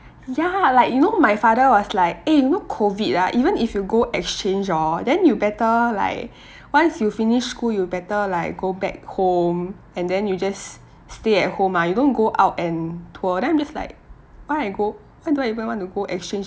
ya like you know my father was like eh you know COVID ah even if you go exchange hor then you better like once you finish school you better like go back home and then you just stay at home ah you don't go out and tour then I'm just like why I go why do I even want to go exchange